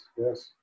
yes